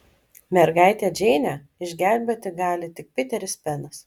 mergaitę džeinę išgelbėti gali tik piteris penas